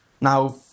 now